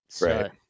Right